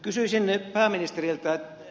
kysyisin pääministeriltä